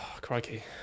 Crikey